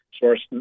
source